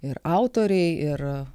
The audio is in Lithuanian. ir autoriai ir